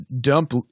dump